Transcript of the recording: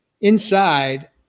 inside